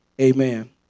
Amen